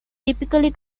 typically